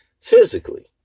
physically